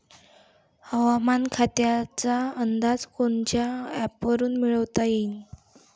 हवामान खात्याचा अंदाज कोनच्या ॲपवरुन मिळवता येईन?